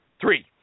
three